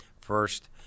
First